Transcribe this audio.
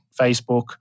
Facebook